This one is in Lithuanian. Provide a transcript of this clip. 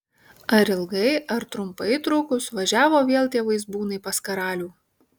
ar ilgai ar trumpai trukus važiavo vėl tie vaizbūnai pas karalių